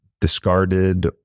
discarded